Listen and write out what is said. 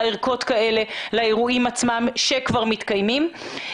ערכות כאלה לאירועים עצמם שכבר מתקיימים.